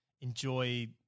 enjoy